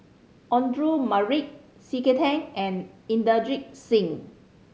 Audra Morrice C K Tang and Inderjit Singh